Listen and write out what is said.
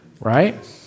right